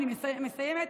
אני מסיימת.